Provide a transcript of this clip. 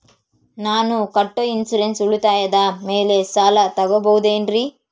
ನಾನು ಕಟ್ಟೊ ಇನ್ಸೂರೆನ್ಸ್ ಉಳಿತಾಯದ ಮೇಲೆ ಸಾಲ ತಗೋಬಹುದೇನ್ರಿ?